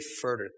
further